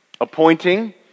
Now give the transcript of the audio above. appointing